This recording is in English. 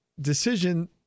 decision